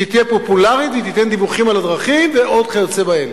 שתהיה פופולרית ותיתן דיווחים על הדרכים וכיוצא בזה.